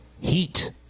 Heat